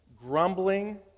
Grumbling